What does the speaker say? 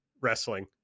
wrestling